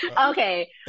okay